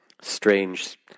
strange